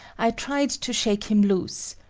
i tried to shake him loose,